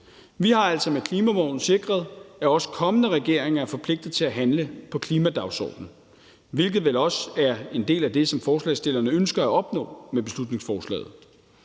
Vi har altså med klimaloven sikret, at også kommende regeringer er forpligtet til at handle på klimadagsordenen, hvilket vel også er en del af det, som forslagsstillerne ønsker at opnå med beslutningsforslaget?